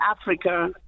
Africa